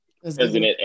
President